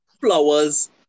flowers